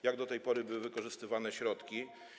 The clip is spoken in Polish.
Jak do tej pory były wykorzystywane środki?